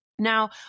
Now